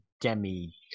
demi